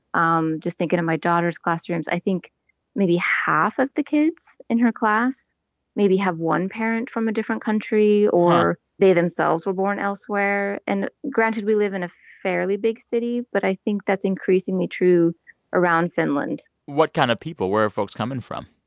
um just thinking of my daughter's classrooms, i think maybe half of the kids in her class maybe have one parent from a different country or they themselves were born elsewhere. and granted, we live in a fairly big city, but i think that's increasingly true around finland what kind of people? where are folks coming from?